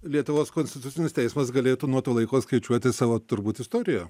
lietuvos konstitucinis teismas galėtų nuo to laiko skaičiuoti savo turbūt istoriją